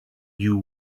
you